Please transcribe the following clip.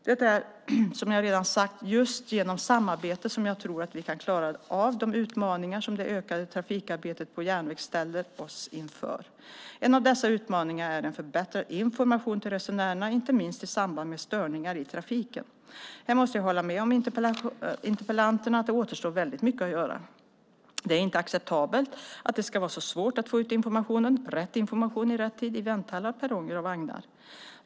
Det är, som jag redan sagt, just genom samarbete som jag tror att vi kan klara av de utmaningar som det ökade trafikarbetet på järnväg ställer oss inför. En av dessa utmaningar är en förbättrad information till resenärerna, inte minst i samband med störningar i trafiken. Här måste jag hålla med interpellanterna om att det återstår väldigt mycket att göra. Det är inte acceptabelt att det ska vara så svårt att få ut informationen - rätt information i rätt tid - i vänthallar, på perronger och i vagnar.